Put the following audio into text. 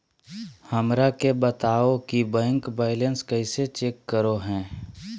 हमरा के बताओ कि बैंक बैलेंस कैसे चेक करो है?